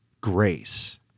grace